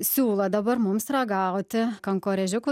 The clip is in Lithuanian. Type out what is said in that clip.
siūlo dabar mums ragauti kankorėžiukų